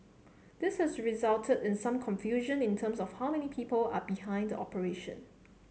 this has resulted in some confusion in terms of how many people are behind the operation